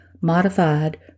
modified